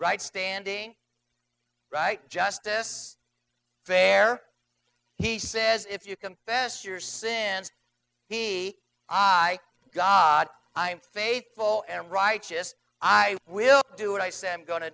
right standing right justice fair he says if you can fast your sins he i god i'm faithful and righteous i will do what i said i'm going to